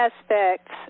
aspects